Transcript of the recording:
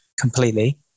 completely